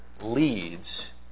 leads